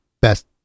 best